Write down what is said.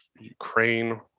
Ukraine